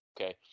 Okay